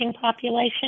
population